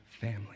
family